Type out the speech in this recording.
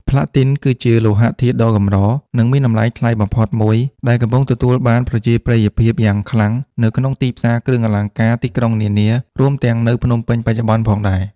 ផ្លាទីន គឺជាលោហៈធាតុដ៏កម្រ និងមានតម្លៃថ្លៃបំផុតមួយ ដែលកំពុងទទួលបានប្រជាប្រិយភាពយ៉ាងខ្លាំងនៅក្នុងទីផ្សារគ្រឿងអលង្ការទីក្រុងនានា រួមទាំងនៅភ្នំពេញបច្ចុប្បន្នផងដែរ។